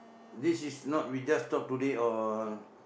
this is not we just talk today or